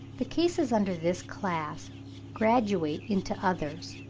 the cases under this class graduate into others.